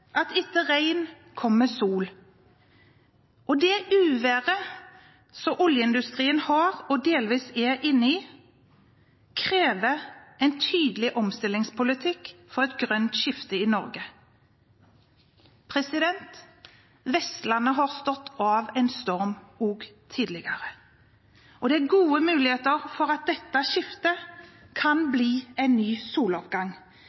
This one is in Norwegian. at etter regn kommer sol. Det uværet som oljeindustrien har vært i og delvis er inne i, krever en tydelig omstillingspolitikk for et grønt skifte i Norge. Vestlandet har stått han av, stormen, også tidligere. Og det er gode muligheter for at dette skiftet kan bli en ny soloppgang,